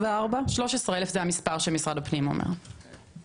13,000 זה המספר שמשרד הפנים אומר,